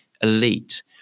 elite